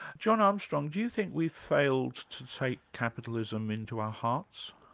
john armstrong, do you think we've failed to take capitalism into our hearts?